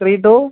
three two